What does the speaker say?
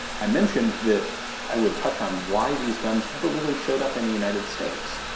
i mentioned that i would touch on why these guns never really showed up in the united states.